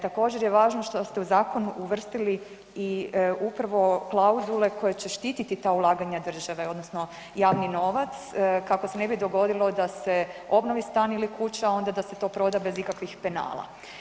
Također, je važno što ste u zakonu uvrstili i upravo klauzule koje će štititi ta ulaganja države, odnosno javni novac, kako se ne bi dogodilo da se obnovi stan ili kuća, onda da se to proda bez ikakvih penala.